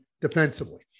defensively